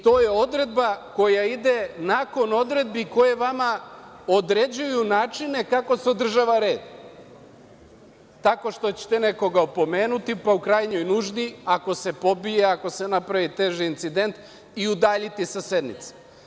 To je odredba koja ide nakon odredbi koje vama određuju načine kako se održava red, tako što ćete nekoga opomenuti, pa u krajnjoj nuždi ako se pobije, ako se napravi teži incident i udaljiti sa sednice.